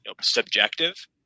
subjective